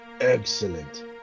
excellent